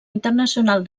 internacional